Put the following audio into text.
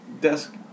desk